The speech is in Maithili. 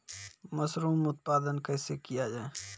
मसरूम उत्पादन कैसे किया जाय?